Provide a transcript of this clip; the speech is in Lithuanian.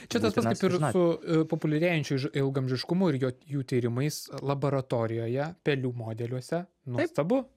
čia tas pats kaip ir su populiarėjančiu ilgaamžiškumu ir jo jų tyrimais laboratorijoje pelių modeliuose nuostabu